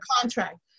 contract